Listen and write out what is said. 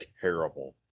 terrible